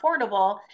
affordable